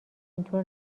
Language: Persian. اینطور